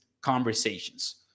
conversations